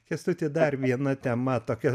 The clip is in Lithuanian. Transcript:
kęstuti dar viena tema tokia